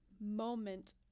moment